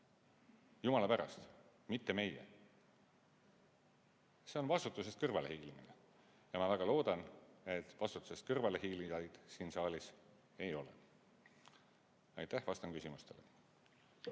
Jumala pärast, mitte meie! See on vastutusest kõrvalehiilimine. Ma väga loodan, et vastutusest kõrvalehiilijaid siin saalis ei ole. Aitäh! Vastan küsimustele.